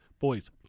boys